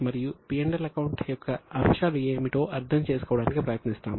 మరియు P L account యొక్క అంశాలు ఏమిటో అర్థం చేసుకోవడానికి ప్రయత్నిస్తాము